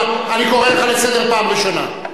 אני קורא אותך לסדר פעם ראשונה.